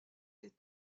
est